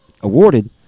awarded